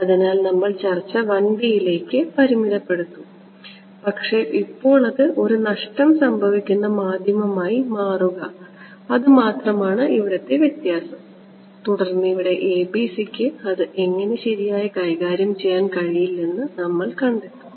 അതിനാൽ നമ്മൾ ചർച്ച 1D യിലേക്ക് പരിമിതപ്പെടുത്തും പക്ഷേ ഇപ്പോൾ അത് ഒരു നഷ്ടം സംഭവിക്കുന്ന മാധ്യമമായി മാറ്റുക അത് മാത്രമാണ് ഇവിടത്തെ വ്യത്യാസം തുടർന്ന് ഇവിടെ ABC ക്ക് അത് ശരിയായി കൈകാര്യം ചെയ്യാൻ കഴിയില്ലെന്ന് നമ്മൾ കണ്ടെത്തും